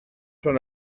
son